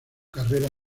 carrera